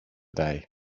day